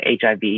HIV